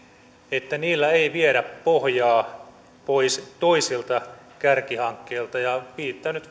että niillä ei viedä pohjaa pois toisilta kärkihankkeilta ja viittaan nyt